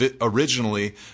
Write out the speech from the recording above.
originally